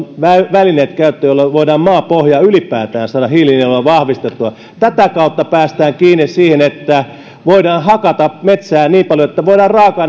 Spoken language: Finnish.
välineet käyttöön jolloin voidaan maapohjaa ylipäätään saada hiilinieluille vahvistettua tätä kautta päästään kiinni siihen että voidaan hakata metsää niin paljon että voidaan raaka